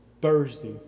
Thursday